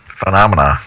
phenomena